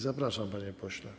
Zapraszam, panie pośle.